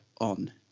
on